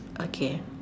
okay